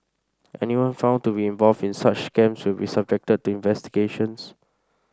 anyone found to be involved in such scams will be subjected to investigations